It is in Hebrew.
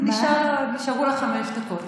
נשארו לך חמש דקות.